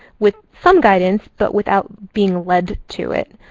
with some guidance but without being led to it.